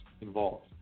involved